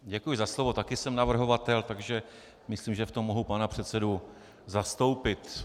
Děkuji za slovo, taky jsem navrhovatel, takže myslím, že v tom mohu pana předsedu zastoupit.